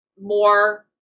more